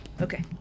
Okay